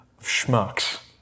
schmucks